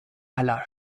aller